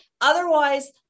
Otherwise